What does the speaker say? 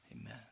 Amen